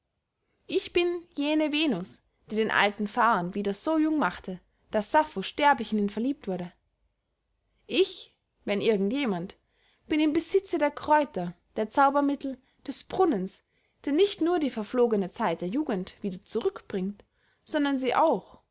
ich bin jene venus die den alten phaon wieder so jung machte daß sapho sterblich in ihn verliebt wurde ich wenn irgend jemand bin im besitze der kräuter der zaubermittel des brunnens der nicht nur die verflogene zeit der jugend wieder zurück bringt sondern sie auch